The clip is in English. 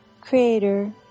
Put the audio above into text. creator